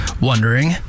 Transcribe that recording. wondering